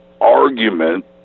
argument